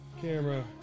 Camera